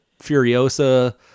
Furiosa